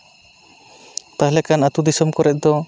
ᱛᱟᱦᱞᱮ ᱠᱷᱟᱱ ᱟᱹᱛᱩ ᱫᱤᱥᱚᱢ ᱠᱚᱨᱮ ᱫᱚ